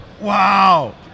wow